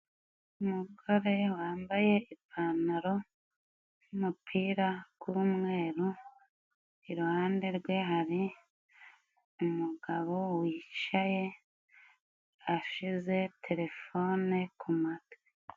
Umugore wambaye ipantaro n' umupira g'umweru, iruhande rwe hari umugabo wicaye, ashize terefone ku matwi.